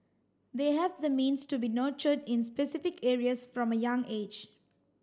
they have the means to be nurtured in specific areas from a young age